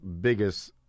biggest